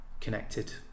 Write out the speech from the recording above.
connected